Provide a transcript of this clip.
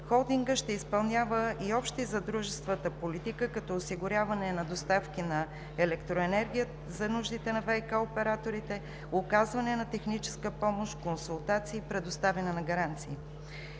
Холдингът ще изпълнява и обща за дружествата политика, като осигуряване на доставки на електроенергия за нуждите на ВиК операторите, оказване на техническа помощ, консултации и предоставяне на гаранции.